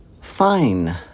fine